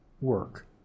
work